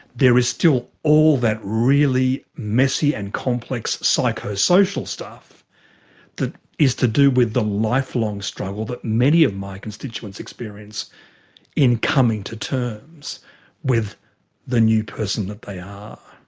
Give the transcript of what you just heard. there is still all that really messy and complex psychosocial stuff that is to do with the lifelong struggle that many of my constituents experience in coming to terms with the new person that they are.